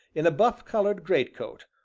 in a buff-colored greatcoat,